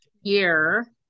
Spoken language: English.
year